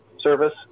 service